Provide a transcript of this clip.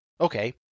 okay